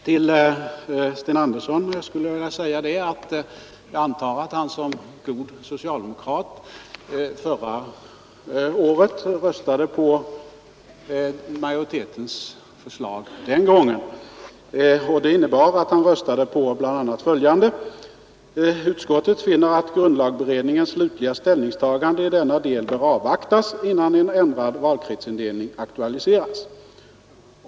Till herr Sten Andersson i Stockholm vill jag sedan säga att jag antar att han som god socialdemokrat röstade på majoritetens förslag förra året. Det innebär i så fall att han röstade på bl.a. följande: ”Utskottet finner att grundlagberedningens slutliga ställningstagande i denna del bör avvaktas, innan en ändrad valkretsindelning aktualiseras.